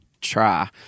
try